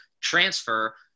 transfer